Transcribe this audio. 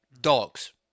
dogs